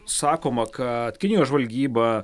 sakoma kad kinijos žvalgyba